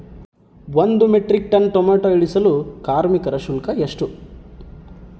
ಒಂದು metric ton tomato ಇಳಿಸಲು ಕಾರ್ಮಿಕರ ಶುಲ್ಕ ಎಷ್ಟು?